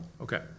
Okay